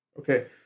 Okay